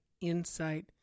insight